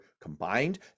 combined